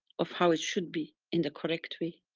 of how it should be in the correct way.